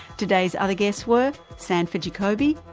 today's other guests were sandford jacoby,